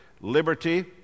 liberty